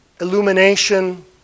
illumination